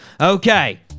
Okay